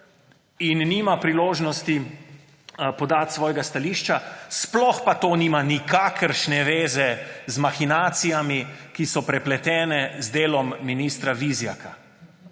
in nima priložnosti podati svojega stališča, sploh pa to nima nikakršne zveze z mahinacijami, ki so prepletene z delom ministra Vizjaka.